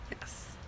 Yes